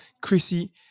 Chrissy